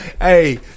Hey